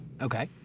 okay